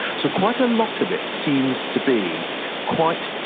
so quite a lot of it seems to be quite